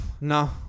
no